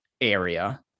area